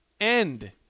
end